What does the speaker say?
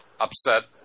upset